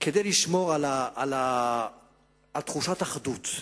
כדי לשמור על תחושת אחדות,